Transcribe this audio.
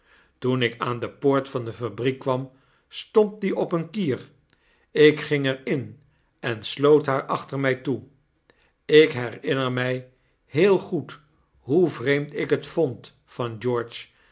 toen ik aan de poort van de fabriek kwam stond die op een kier ik ging er in en sloot haar achter my toe ik herinner my heel goed hoe vreemd ik het vond van george